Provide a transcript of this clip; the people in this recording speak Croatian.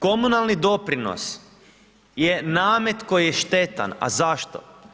Komunalni doprinos je namet koji je štetan, a zašto?